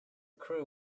crew